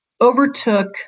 overtook